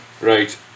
right